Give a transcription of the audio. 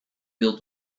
wil